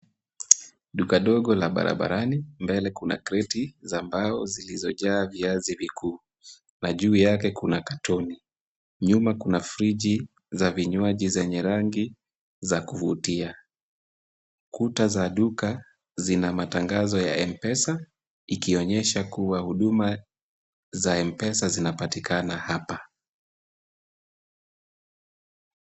Duka dogo la barabarani mbele kuna kreti za mvmbao zilizojaa viazi vikuu na juu yake kuna karibu. Nyuma kuna friji za vinywaji zenye rangi za kuvutia. Kuta za duka zina matangazo ya M-pesa, ikionyesha kubwa huduma za M-pesa zinapatikana hapa.